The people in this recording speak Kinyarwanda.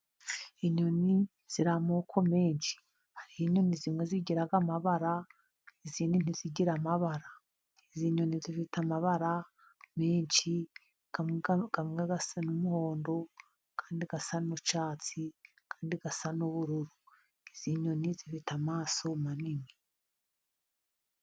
Inyoni ziramoko menshi hari inyoni zimwe zigiraga amabara , izindi ntizigira amabara ,izinyoni zifite amabara menshi, amwe asa n'umuhondo andi asa n'icyatsi andi asa n'ubururu, izi nyoni zifite amaso manini.